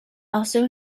also